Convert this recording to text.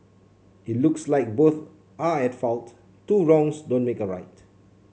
it looks like both are at fault two wrongs don't make a right